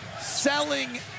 selling